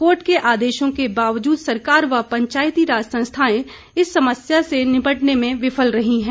court के आदेशों के बावजूद सरकार व पंचायती राज संस्थायें इस समस्या से निपटने में विफल रही हैं